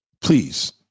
Please